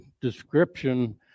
description